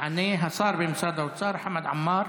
יענה השר במשרד האוצר חמד עמאר.